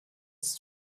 ist